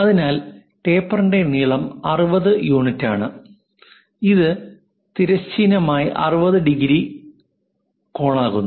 അതിനാൽ ടേപ്പറിന്റെ നീളം 60 യൂണിറ്റാണ് ഇത് തിരശ്ചീനമായി 60 ഡിഗ്രി കോണാക്കുന്നു